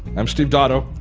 i'm steve dotto.